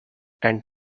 and